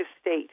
state